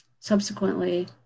Subsequently